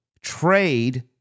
trade